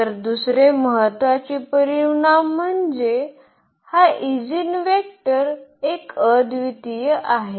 तर दुसरे महत्त्वाचे परिणाम म्हणजे हा ईजीनवेक्टर एक अद्वितीय आहे